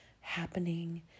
happening